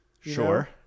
Sure